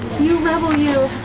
you rebel, you!